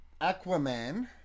Aquaman